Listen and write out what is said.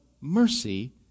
mercy